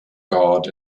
god